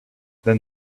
then